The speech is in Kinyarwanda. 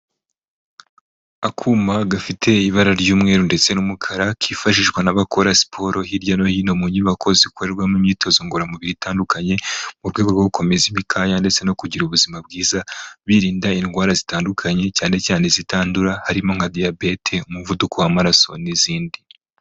Akuma gafite ibara ry'umweru ndetse n'umukara kifashishwa n'abakora siporo hirya no hino mu nyubako zikoremo imyitozo ngororamubiri itandukanye, mu rwego rwo gukomeza imikaya ndetse no kugira ubuzima bwiza birinda indwara zitandukanye cyane cyane izitandura harimo nka diyabete, umuvuduko w'amaraso n'izindi.